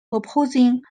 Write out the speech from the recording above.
opposing